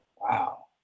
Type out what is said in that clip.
Wow